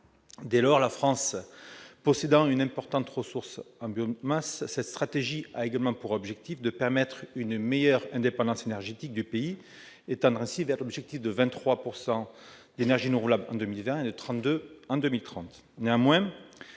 Dès lors, la France possédant une importante ressource en biomasse, cette stratégie a également pour objectif de permettre une meilleure indépendance énergétique du pays et de tendre ainsi vers l'objectif de 23 % d'énergies renouvelables en 2020 et de 32 % en 2030.